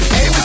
Hey